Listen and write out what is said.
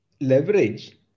leverage